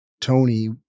Tony